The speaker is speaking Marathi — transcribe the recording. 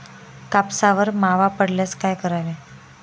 कापसावर मावा पडल्यास काय करावे?